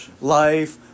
life